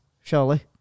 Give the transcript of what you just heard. Surely